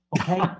okay